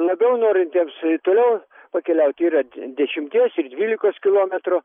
labiau norintiems toliau pakeliaut yra de dešimties dvylikos kilometrų